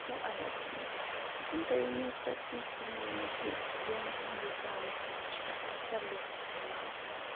اَسَلامُ علیکُم دَپان تُہۍ ؤنِو سہَ کینٛہہ تِم ریٚمِڈی یِم تُہٕنٛدِس گامَس مَنٛز چھِ اَکثَر لُکھ اِستعمال کَرَان